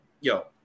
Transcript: yo